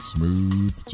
Smooth